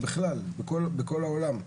ובכלל בכל העולם,